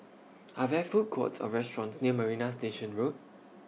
Are There Food Courts Or restaurants near Marina Station Road